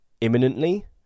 imminently